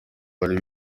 bari